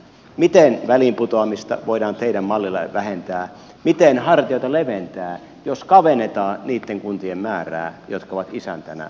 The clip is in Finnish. miten väliinputoamista voidaan teidän mallillanne vähentää miten hartioita leventää jos kavennetaan niitten kuntien määrää jotka ovat isäntänä palvelujen järjestämisessä